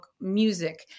music